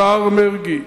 השר מרגי,